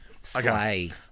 Slay